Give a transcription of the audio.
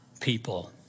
People